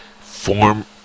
form